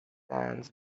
sands